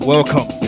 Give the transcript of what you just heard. Welcome